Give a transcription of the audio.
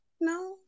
no